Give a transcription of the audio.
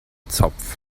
zopf